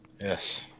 yes